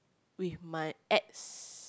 with my ex